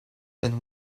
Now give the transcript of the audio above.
then